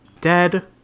Dead